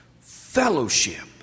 fellowship